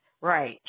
Right